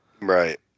Right